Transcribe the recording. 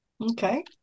okay